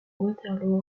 waterloo